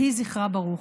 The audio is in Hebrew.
יהי זכרה ברוך.